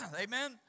Amen